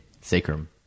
sacrum